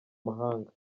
mahanga